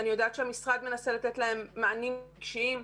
אני יודעת שהמשרד מנסה לתת להם מענים רגשיים.